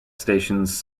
stations